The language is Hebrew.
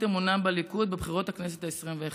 אמונם בליכוד בבחירות לכנסת העשרים-ואחת.